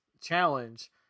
challenge